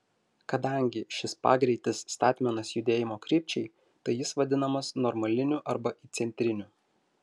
kadangi šis pagreitis statmenas judėjimo krypčiai tai jis vadinamas normaliniu arba įcentriniu